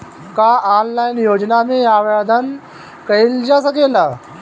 का ऑनलाइन योजना में आवेदन कईल जा सकेला?